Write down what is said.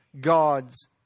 God's